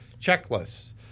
Checklists